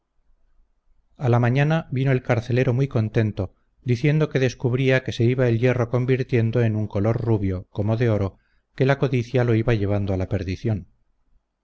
a la mañana vino el carcelero muy contento diciendo que descubría que se iba el hierro convirtiendo en un color rubio como de oro que la codicia lo iba llevando a la perdición